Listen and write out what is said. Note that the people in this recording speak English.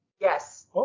Yes